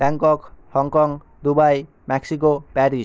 Bangkok Hong Kong Dubai Mexico Paris